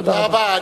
תודה רבה.